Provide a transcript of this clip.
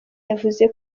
yavuze